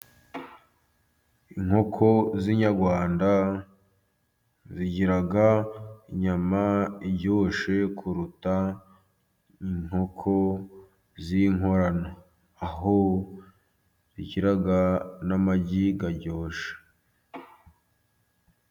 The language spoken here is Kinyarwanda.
Inkoko z'inyarwanda zigira inyama iryoshye kuruta inkoko z'inkorano, aho zigira n'amagi aryoshye.